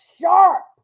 sharp